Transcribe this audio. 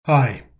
Hi